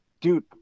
dude